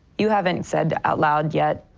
you haven't said out loud yet,